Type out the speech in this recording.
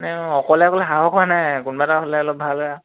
নাই অকলে অকলে সাহস হোৱা নাই কোনোবা এটা হ'লে অলপ ভাল হয়